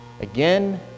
Again